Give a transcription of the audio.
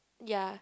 ya